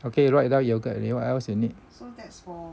okay write down yoghurt already what else you need